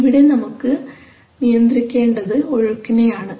ഇവിടെ നമുക്ക് നിയന്ത്രിക്കേണ്ടത് ഒഴുക്കിനെ ആണ്